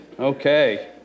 Okay